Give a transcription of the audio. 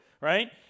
right